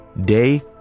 day